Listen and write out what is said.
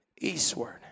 eastward